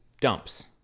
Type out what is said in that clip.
dumps